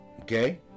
okay